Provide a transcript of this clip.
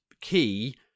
key